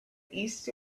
east